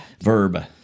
Verb